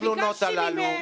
תודה רבה.